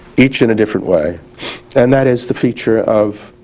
each in a different way and that is the feature of